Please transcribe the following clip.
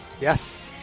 Yes